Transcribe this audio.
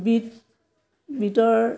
beet বিটৰ